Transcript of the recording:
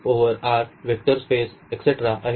over R vector space एस्टेरा आहे